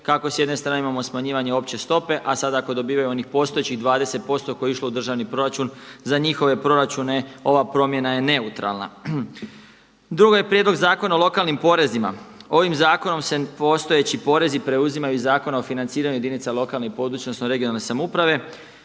kako s jedne strane imamo smanjivanje opće stope, a sada ako dobivaju onih postojećih 20% koji je išlo u državni proračun za njihove proračune ova promjena je neutralna. Drugo je Prijedlog zakona o lokalnim porezima. Ovim zakonom se postojeći porezi preuzimaju iz Zakona o financiranju jedinica lokalne i područne odnosno regionalne samouprave.